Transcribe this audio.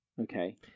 Okay